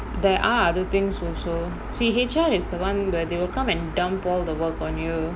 there are other things also see H_R is the [one] where they will come and dump all the work on to you